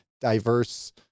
diverse